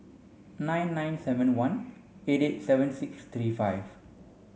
nine nine seven one eight eight seven six three five